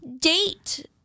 date